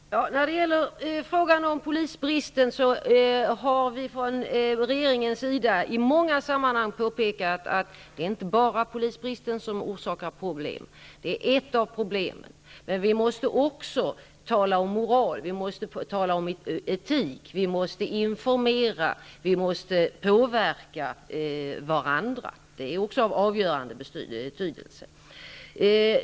Fru talman! När det gäller frågan om polisbristen vill jag svara att vi från regeringens sida i många sammanhang har påpekat att det inte är bara polisbristen som orsakar problem -- den är ett av problemen. Men vi måste också tala om moral och etik, vi måste informera, och vi måste påverka varandra. Det är också av avgörande betydelse.